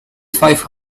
five